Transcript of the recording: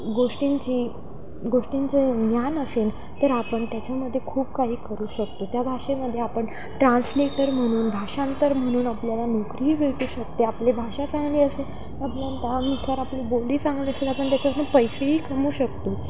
गोष्टींची गोष्टींचे ज्ञान असेल तर आपण त्याच्यामध्ये खूप काही करू शकतो त्या भाषेमध्ये आपण ट्रान्सलेटर म्हणून भाषांतर म्हणून आपल्याला नोकरीही मिळवू शकते आपली भाषा चांगली असेल तर आपल्या त्यानुसार आपली बोली चांगली असेल आपण त्याच्यातुन पैसेही कमू शकतो